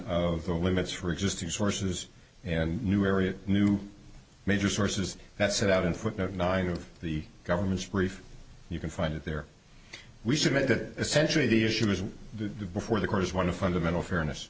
of the limits for existing sources and new area new major sources that set out in footnote nine of the government's brief you can find it there we submit that essentially the issue is before the court is one of fundamental fairness